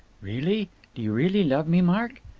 really? do you really love me, mark?